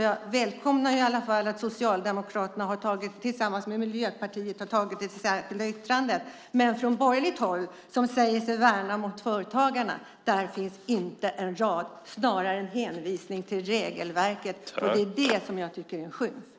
Jag välkomnar i alla fall att Socialdemokraterna tillsammans med Miljöpartiet har kommit med ett särskilt yttrande. Men från borgerligt håll där man säger sig värna om företagarna finns inte en rad, snarare en hänvisning till regelverk. Det är det som jag tycker är en skymf.